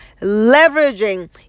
leveraging